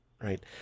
right